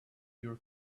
your